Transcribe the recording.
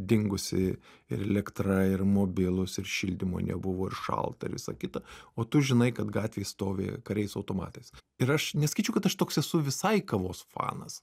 dingusi ir elektra ir mobilūs ir šildymo nebuvo ir šalta ir visa kita o tu žinai kad gatvėj stovi kariai su automatas ir aš nesakyčiau kad aš toks esu visai kavos fanas